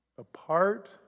Apart